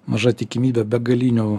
maža tikimybė begalinių